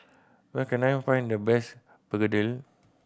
where can I find the best begedil